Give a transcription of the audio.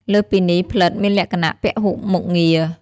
លើសពីនេះ ផ្លិតមានលក្ខណៈ ពហុមុខងារ។